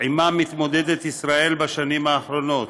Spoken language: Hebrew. שעימה מתמודדת ישראל בשנים האחרונות.